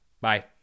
Bye